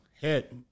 hit